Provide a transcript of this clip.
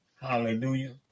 Hallelujah